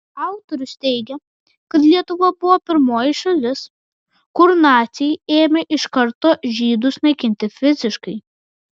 autorius teigia kad lietuva buvo pirmoji šalis kur naciai ėmė iš karto žydus naikinti fiziškai